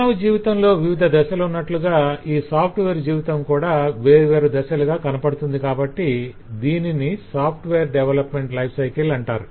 మానవ జీవితంలో వివిధ దశలునట్లుగా ఈ సాఫ్ట్వేర్ జీవితం కూడా వేర్వేరు దశలుగా కనపడుతుంది కాబట్టి దీనిని సాఫ్ట్వేర్ డెవలప్మెంట్ లైఫ్ సైకిల్ అంటారు